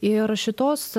ir šitos